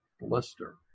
blister